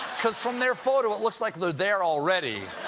because from their photo, it looks like they're they're already